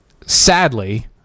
sadly